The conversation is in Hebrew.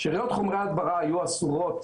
שאריות חומרי הדברה היו אסורות